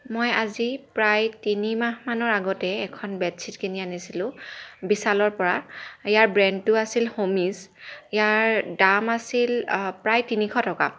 মই আজি প্ৰায় তিনিমাহমানৰ আগতে এখন বেডশ্বীট কিনি আনিছিলোঁ বিশালৰ পৰা ইয়াৰ ব্ৰেণ্ডটো আছিল হ'মিজ ইয়াৰ দাম আছিল প্ৰায় তিনিশ টকা